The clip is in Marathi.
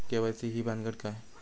के.वाय.सी ही भानगड काय?